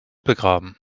begraben